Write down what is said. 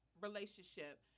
relationship